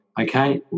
okay